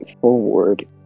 forward